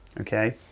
okay